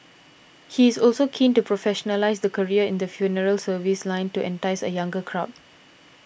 he is also keen to professionalise the career in the funeral service line to entice a younger crowd